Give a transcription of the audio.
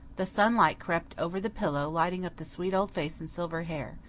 the sunlight crept over the pillow, lighting up the sweet old face and silver hair,